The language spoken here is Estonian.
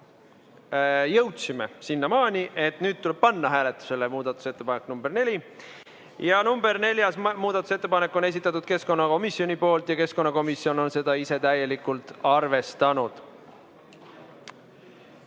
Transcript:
Jõudsime sinnamaani, et nüüd tuleb panna hääletusele muudatusettepanek nr 4. Neljanda muudatusettepaneku on esitanud keskkonnakomisjon ja keskkonnakomisjon on seda ise täielikult arvestanud.